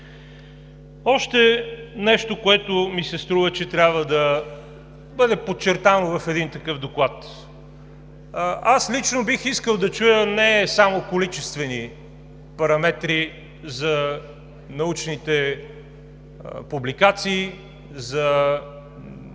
Още нещо, което ми се струва, че трябва да бъде подчертано в един такъв доклад – лично бих искал да чуя не само количествени параметри за научните публикации, за